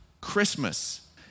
Christmas